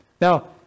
Now